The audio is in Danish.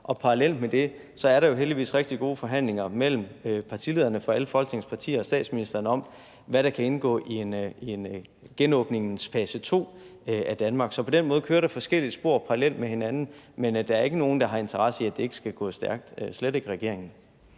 parallelt med det er der jo heldigvis rigtig gode forhandlinger mellem partilederne for alle Folketingets partier og statsministeren om, hvad der kan indgå i fase to af genåbningen af Danmark. Så på den måde kører der forskellige spor parallelt, men der er ikke nogen, der har interesse i, at det ikke skal gå stærkt – og slet ikke i regeringen.